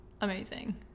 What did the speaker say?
amazing